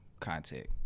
contact